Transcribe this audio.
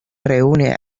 reúne